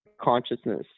consciousness